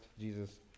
Jesus